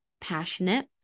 passionate